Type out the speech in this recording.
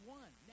one